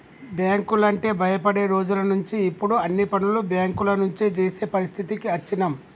బ్యేంకులంటే భయపడే రోజులనుంచి ఇప్పుడు అన్ని పనులు బ్యేంకుల నుంచే జేసే పరిస్థితికి అచ్చినం